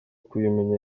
kubimenya